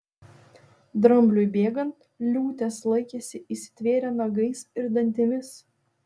drambliui bėgant liūtės laikėsi įsitvėrę nagais ir dantimis